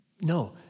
No